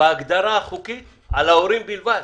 בהגדרה החוקית על ההורים בלבד.